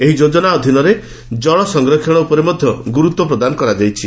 ଏହି ଯୋଜନା ଅଧୀନରେ ଜଳ ସଂରକ୍ଷଶ ଉପରେ ମଧ୍ୟ ଗୁରୁତ୍ୱ ପ୍ରଦାନ କରାଯାଇଛି